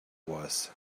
was